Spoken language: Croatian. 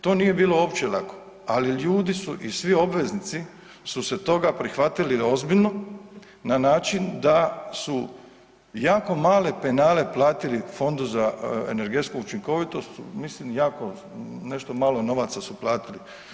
To nije bilo uopće lako, ali ljudi su i svi obveznici su se toga prihvatili ozbiljno na način da su jako male penale platili Fondu za energetsku učinkovitost, mislim jako nešto malo novaca su platili.